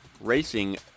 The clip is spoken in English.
racing